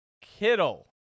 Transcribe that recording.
Kittle